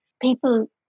people